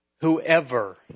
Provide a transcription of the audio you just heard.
Whoever